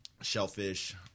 shellfish